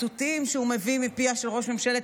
הציטוטים שהוא מביא מפיה של ראש ממשלת